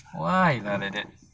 why ah like that